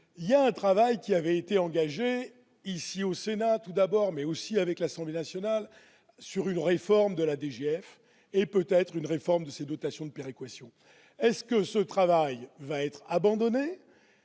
il y a un travail qui avait été engagé ici au Sénat, tout d'abord mais aussi avec l'Assemblée nationale sur une réforme de la DGF et peut-être une réforme de ces dotations de péréquation, est-ce que ce travail va être abandonné,